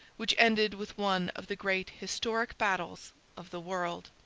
which ended with one of the great historic battles of the world.